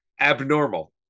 Abnormal